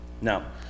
Now